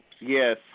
Yes